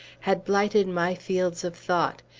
had blighted my fields of thought,